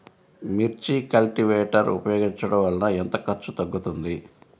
మిర్చి కల్టీవేటర్ ఉపయోగించటం వలన ఎంత ఖర్చు తగ్గుతుంది?